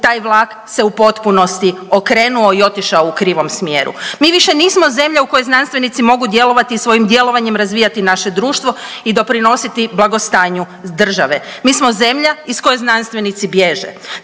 taj vlak se u potpunosti okrenuo i otišao u krivom smjeru. Mi više nismo zemlja u kojoj znanstvenici mogu djelovati i svojim djelovanjem razvijati naše društvo i doprinositi blagostanju države. Mi smo zemlja iz koje znanstvenici bježe.